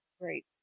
great